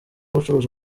gucuruza